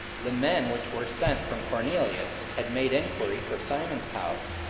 the men which were sent from cornelius had made enquiry for simon's house,